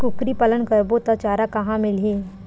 कुकरी पालन करबो त चारा कहां मिलही?